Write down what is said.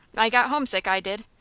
i got homesick, i did.